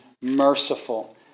merciful